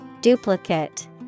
Duplicate